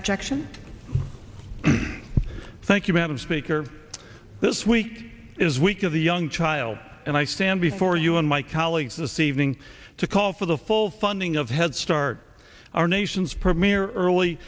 objection thank you madam speaker this week is week of the young child and i stand before you and my colleagues this evening to call for the full funding of head start our nation's